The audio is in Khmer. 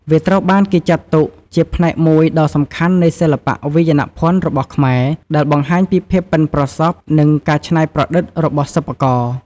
វាត្រូវបានគេចាត់ទុកជាផ្នែកមួយដ៏សំខាន់នៃសិល្បៈវាយនភ័ណ្ឌរបស់ខ្មែរ ដែលបង្ហាញពីភាពប៉ិនប្រសប់ និងការច្នៃប្រឌិតរបស់សិប្បករ។